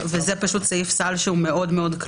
והסעיף שאנחנו דנים בו הוא פשוט סעיף סל מאוד כללי.